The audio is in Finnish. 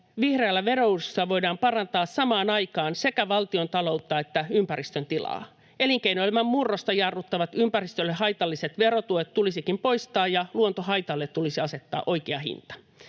Vihreällä verouudistuksella voidaan parantaa samaan aikaan sekä valtiontaloutta että ympäristön tilaa. Elinkeinoelämän murrosta jarruttavat ympäristölle haitalliset verotuet tulisikin poistaa, ja luontohaitalle tulisi asettaa oikea hinta.